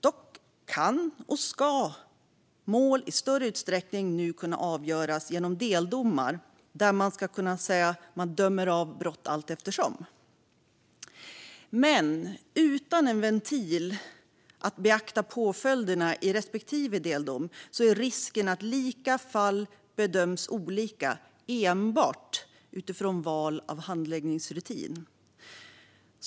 Dock kan, och ska, mål i större utsträckning nu kunna avgöras genom deldomar där man så att säga dömer av brott allteftersom. Utan en ventil att beakta påföljderna i respektive deldom är risken att lika fall bedöms olika enbart utifrån val av handläggningsrutin.